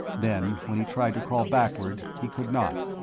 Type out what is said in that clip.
then, when he tried to crawl backward, he could not.